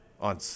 on